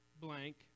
blank